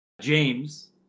James